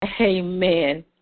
Amen